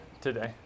today